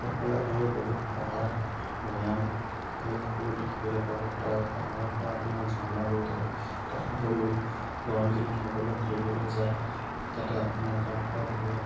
ফালে আপোনালোকে বহুত পাহাৰ ভৈয়াম এই সকলো দেখিবলৈ পাব তাৰ পাহাৰৰ পৰা আপোনাৰ ঝৰ্ণা বৈ থাকে তাত সকলো গৰম দিনত সকলো ফুৰিবলৈ যায় তাতে আপোনাৰ গা পা ধুয়ে